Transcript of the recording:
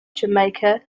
jamaica